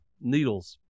needles